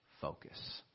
focus